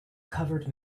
covered